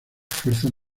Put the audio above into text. fuerzas